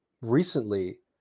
recently